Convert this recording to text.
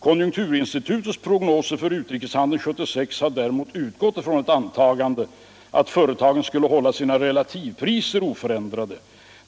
Kon Junkturinstitutets prognoser för utrikeshandeln 1976 har däremot utgått från ett antagande om att företagen skulle hålla sina relativpriser oförändrade.